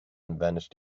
vanished